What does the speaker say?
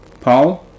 Paul